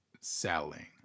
selling